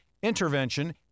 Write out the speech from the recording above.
intervention